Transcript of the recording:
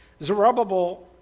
Zerubbabel